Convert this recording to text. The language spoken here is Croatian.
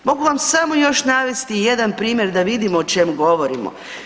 Mogu vam samo još navesti jedan primjer da vidimo o čemu govorimo.